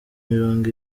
mirongo